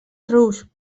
rus